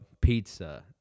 pizza